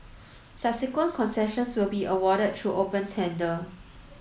subsequent concessions will be awarded through open tender